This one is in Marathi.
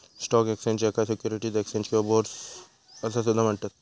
स्टॉक एक्स्चेंज, याका सिक्युरिटीज एक्स्चेंज किंवा बोर्स असा सुद्धा म्हणतत